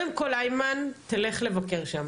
איימן, תלך לבקר שם,